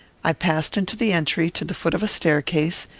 i passed into the entry, to the foot of a staircase,